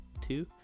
two